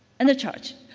and a church.